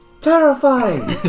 terrifying